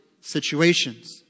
situations